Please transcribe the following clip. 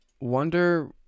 wonder